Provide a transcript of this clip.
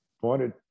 pointed